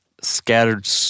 scattered